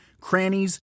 crannies